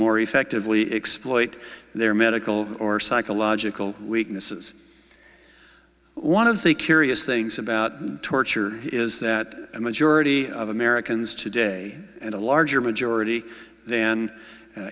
more effectively exploiting their medical or psychological weaknesses one of the curious things about torture is that a majority of americans today and a larger majority then